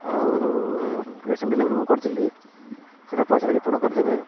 ଆଉ cash on delivery ମୁଁ କରିଥିଲି ସେଇଟା ପଇସାଟ ରିଫଣ୍ଡ କରିଦେବେ ଆଉ